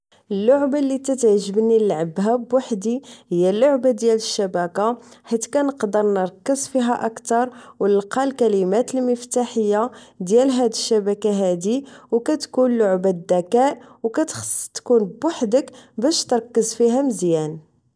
اللعبة لي تتعجبني لعبها بوحدي هي اللعبة ديال الشبكة حيت كنقدر نركز فيها أكتر أو لقا الكلمات المفتاحية ديال هاد الشبكة هدي أو كتكون لعبة دكاء أو كتخص تكون بوحدك باش تركز فيها مزيان